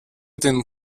den